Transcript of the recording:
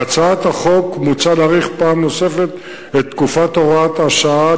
בהצעת החוק מוצע להאריך פעם נוספת את תקופת הוראת השעה,